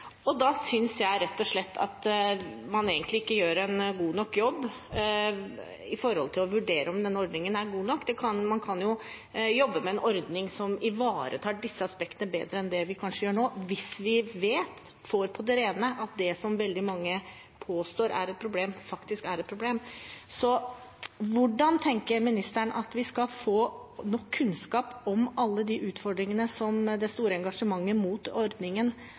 Da synes jeg rett og slett at man egentlig ikke gjør en god nok jobb med å vurdere om den ordningen er god nok. Man kan jo jobbe med en ordning som ivaretar disse aspektene bedre enn det vi kanskje gjør nå – hvis vi vet og får på det rene at det som veldig mange påstår er et problem, faktisk er et problem. Hvordan tenker ministeren at vi skal få nok kunnskap om alle de utfordringene som det store engasjementet mot ordningen